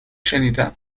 شنیدم